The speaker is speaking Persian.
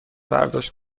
برداشت